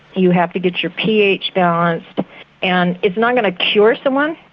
you have to get your ph balanced and it's not going to cure someone.